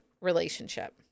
relationship